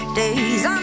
days